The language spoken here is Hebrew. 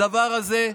הדבר הזה,